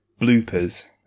Bloopers